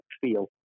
feel